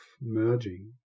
merging